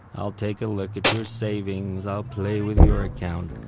i'll take a look at your savings, i'll play with your accounts,